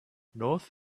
north